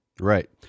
Right